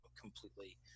completely